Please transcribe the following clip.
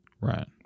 Right